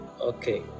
okay